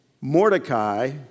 Mordecai